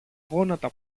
γόνατα